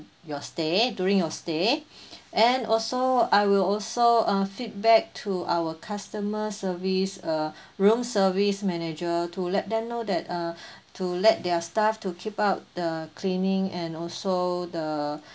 your stay during your stay and also I will also uh feedback to our customer service uh room service manager to let them know that uh to let their staff to keep up the cleaning and also